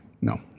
No